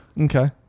Okay